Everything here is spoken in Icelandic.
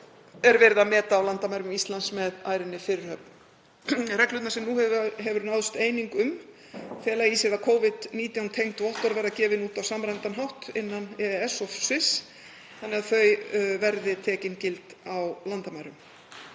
er verið að meta á landamærum Íslands með ærinni fyrirhöfn. Reglurnar, sem nú hefur náðst eining um, fela í sér að Covid-19 tengd vottorð verða gefin út á samræmdan hátt innan EES og Sviss þannig að þau verði tekin gild á landamærum.